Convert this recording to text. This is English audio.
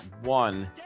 One